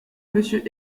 monsieur